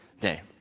day